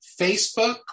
Facebook